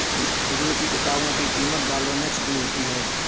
विदेशी किताबों की कीमत डॉलर में छपी होती है